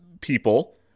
people